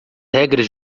regras